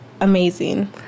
amazing